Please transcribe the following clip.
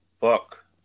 book